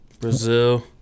Brazil